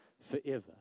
forever